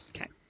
Okay